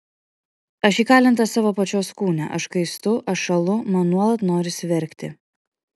aš įkalinta savo pačios kūne aš kaistu aš šąlu man nuolat norisi verkti